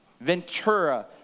Ventura